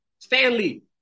Stanley